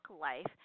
life